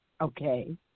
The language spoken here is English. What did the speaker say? Okay